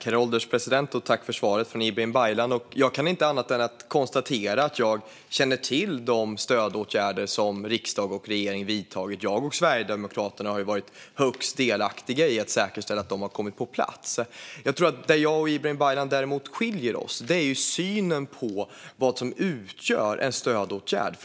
Herr ålderspresident! Tack för svaret, Ibrahim Baylan! Jag kan inte annat än konstatera att jag känner till de stödåtgärder som riksdag och regering har vidtagit. Jag och Sverigedemokraterna har ju varit högst delaktiga i att säkerställa att de har kommit på plats. Där jag och Ibrahim Baylan skiljer oss åt är i synen på vad som utgör en stödåtgärd.